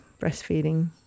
breastfeeding